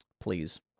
Please